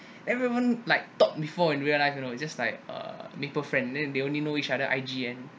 everyone like talk before in real life you know it's just like err maple friend then they only know each other I_G and